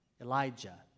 Elijah